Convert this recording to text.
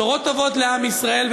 בשורות טובות לעם ישראל,